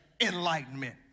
enlightenment